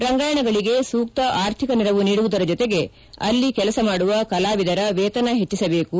ರಂಗಾಯಣಗಳಿಗೆ ಸೂಕ್ತ ಆರ್ಥಿಕ ನೆರವು ನೀಡುವುದರ ಜೊತೆಗೆ ಅಲ್ಲಿ ಕೆಲಸ ಮಾಡುವ ಕಲಾವಿದರ ವೇತನ ಹೆಚ್ಚಿಸಬೇಕು